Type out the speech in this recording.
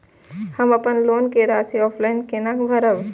हम अपन लोन के राशि ऑफलाइन केना भरब?